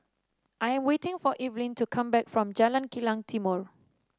I am waiting for Evelyne to come back from Jalan Kilang Timor